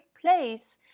place